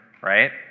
right